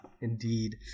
indeed